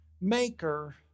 maker